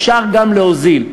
אפשר גם להוזיל.